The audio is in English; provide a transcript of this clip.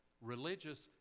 religious